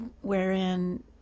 wherein